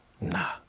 Nah